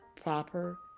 proper